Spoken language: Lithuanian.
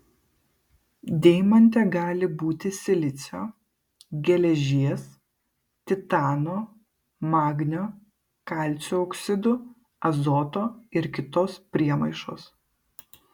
deimante gali būti silicio geležies titano magnio kalcio oksidų azoto ir kitos priemaišos